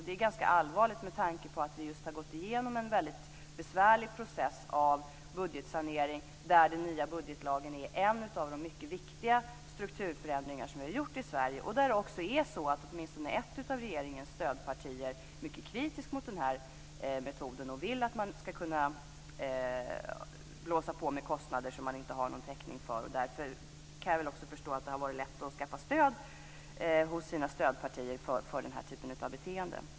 Det är ganska allvarligt med tanke på att vi just har gått igenom en besvärlig process av budgetsanering, där den nya budgetlagen är en av de mycket viktiga strukturförändringar som har gjorts i Sverige och där ett av regeringens stödpartier är kritiskt mot metoden och vill blåsa på med kostnader som det inte finns täckning för. Därför kan jag förstå att det har varit lätt att få stöd hos stödpartierna för den typen av beteende.